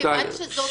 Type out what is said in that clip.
איילת, מכיוון שזאת